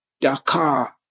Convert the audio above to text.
Dakar